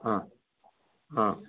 ಹಾಂ ಹಾಂ